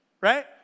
right